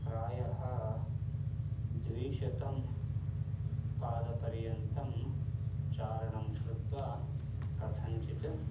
प्रायः द्विशतं पादपर्यन्तं चारणं कृत्वा कथञ्चित्